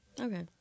okay